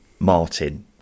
Martin